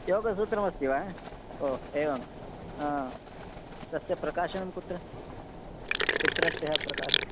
योगसूत्रमस्ति वा ओ एवं तस्य प्रकाशनं कुत्र कुत्रत्यः प्रकाशनम्